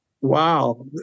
wow